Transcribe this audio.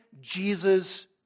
Jesus